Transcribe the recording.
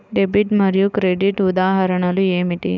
Debit మరియు credit ఉదాహరణలు ఏమిటీ?